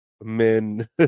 men